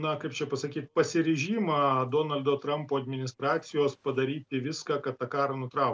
na kaip čia pasakyt pasiryžimą donaldo trampo administracijos padaryti viską kad tą karą nutraukt